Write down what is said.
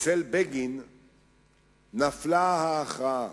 אצל בגין נפלה ההכרעה.